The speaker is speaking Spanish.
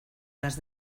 las